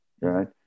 right